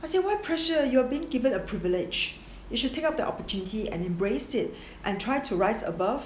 I say why pressure you are given the privilege you should take up the opportunity and embrace it and try to rise above